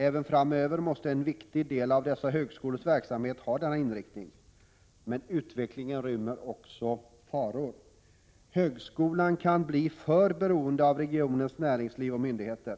Även framöver måste en viktig del av dessa högskolors verksamhet ha denna inriktning. Men utvecklingen rymmer också faror. Högskolan kan bli för beroende av regionens näringsliv och myndigheter.